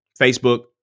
Facebook